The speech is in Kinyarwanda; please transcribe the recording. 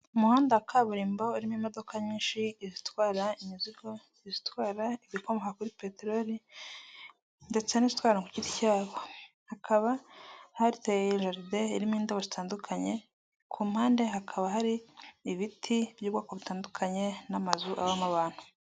Umuhanda wa kaburimbo urimo imodoka nyinshi; izitwara imizigo, izitwara ibikomoka kuri peteroli ndetse n'izitwara ku giti cyabo. Hakaba hariteye jaride irimo indabo zitandukanye, ku mpande hakaba hari ibiti by'ubwoko butandukanye n'amazu abamo abantu.